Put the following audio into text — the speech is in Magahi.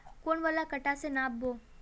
कौन वाला कटा से नाप बो?